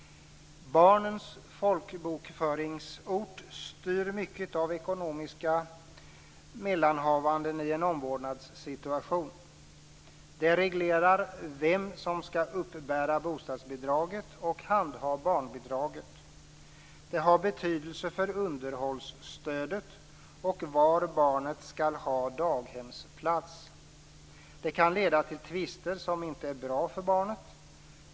Barnens folkbokföringsort styr mycket av ekonomiska mellanhavanden i en omvårdnadssituation. Det reglerar vem som skall uppbära bostadsbidraget och handha barnbidraget. Det har betydelse för underhållsstödet och var barnet skall ha daghemsplats. Det kan leda till tvister som inte är bra för barnet.